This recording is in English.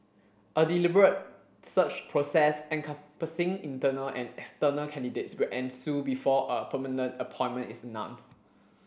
a deliberate search process encompassing internal and external candidates will ensue before a permanent appointment is announced